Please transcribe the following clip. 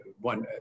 one